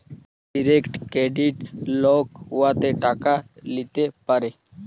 direct credit লক উয়াতে টাকা ল্যিতে পারে